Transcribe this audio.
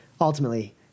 ultimately